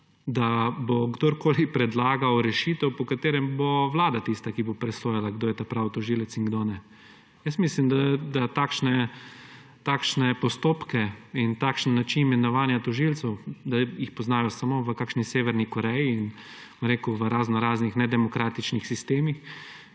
da bo kdorkoli predlagal rešitev, po kateri bo Vlada tista, ki bo presojala, kdo je pravi tožilec in kdo ne. Mislim, da takšne postopke in takšen način imenovanja tožilcev poznajo samo v kakšni Severni Koreji in v raznoraznih nedemokratičnih sistemih,